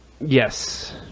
yes